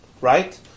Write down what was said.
Right